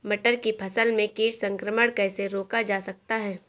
मटर की फसल में कीट संक्रमण कैसे रोका जा सकता है?